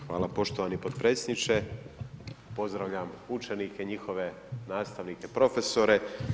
Hvala poštovani podpredsjedniče, pozdravljam učenike i njihove nastavnike, profesore.